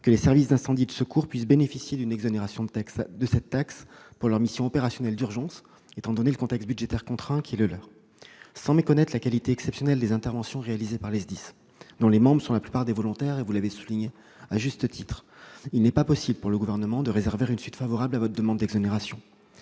que les services d'incendie et de secours, les SDIS, puissent bénéficier d'une exonération de cette taxe pour leurs missions opérationnelles d'urgence étant donné le contexte budgétaire contraint qui est le leur. Sans méconnaître la qualité exceptionnelle des interventions réalisées par les SDIS, dont les membres sont, pour la plupart, des volontaires- vous l'avez souligné à juste titre -, il n'est pas possible pour le Gouvernement de réserver une suite favorable à votre demande d'exonération.